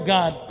God